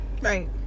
Right